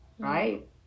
right